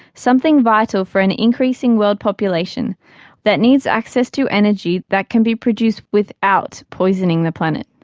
something vital for an increasing world population that needs access to energy that can be produced without poisoning the planet.